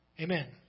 Amen